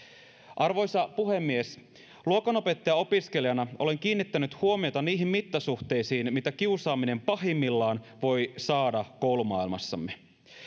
arvoisa puhemies luokanopettajaopiskelijana olen kiinnittänyt huomiota niihin mittasuhteisiin mitä kiusaaminen pahimmillaan voi saada koulumaailmassamme